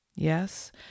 Yes